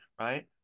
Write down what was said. right